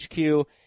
HQ